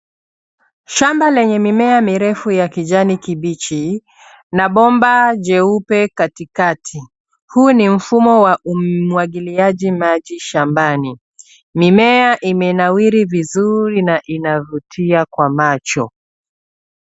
Shamba lenye mimea mirefu ya kijani kibichi na bomba jeupe katikati. Huu ni mfumo wa umwagiliaji maji shambani. Mimea imenawiri vizuri na inavutia kwa macho.